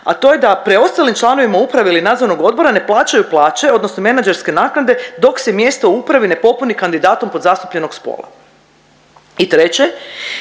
a to je da preostali članovima uprave ili nadzornog odbora ne plaćaju plaće odnosno menadžerske naknade dok se mjesto u upravi ne popuni kandidatom podzastupljenog spola. I treće,